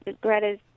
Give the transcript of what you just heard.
Greta's